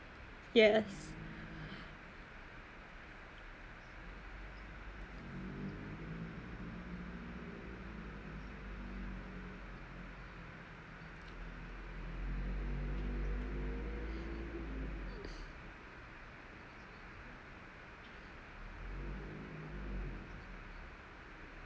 yes